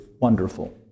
wonderful